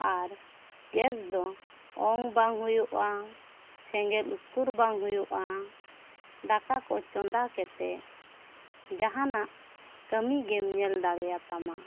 ᱟᱨ ᱜᱮᱥ ᱫᱚ ᱚᱝ ᱵᱟᱝ ᱦᱩᱭᱩᱜᱼᱟ ᱥᱮᱸᱜᱮᱞ ᱩᱥᱠᱩᱨ ᱵᱟᱝ ᱦᱩᱭᱩᱜᱼᱟ ᱫᱟᱠᱟ ᱠᱚ ᱪᱚᱸᱫᱟ ᱠᱟᱛᱮᱜ ᱡᱟᱦᱟᱱᱟᱜ ᱠᱟᱹᱢᱤ ᱜᱮᱢ ᱧᱮᱞ ᱫᱟᱲᱮᱭᱟᱛᱟᱢᱟ